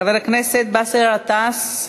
חבר הכנסת באסל גטאס,